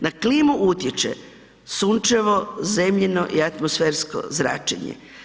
Na klimu utječe Sunčevo, Zemljino i atmosfersko zračenje.